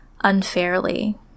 unfairly